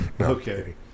Okay